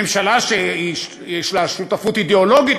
ממשלה שיש לה שותפות אידיאולוגית.